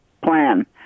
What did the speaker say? plan